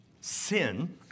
sin